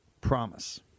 promise